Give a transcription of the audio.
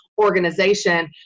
organization